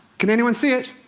can anyone see it?